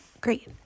Great